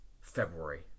February